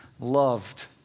loved